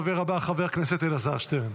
הדובר הבא, חבר הכנסת אלעזר שטרן.